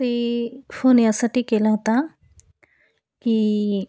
ते फोन यासाठी केला होता की